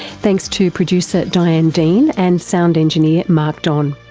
thanks to producer diane dean and sound engineer mark don.